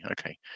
okay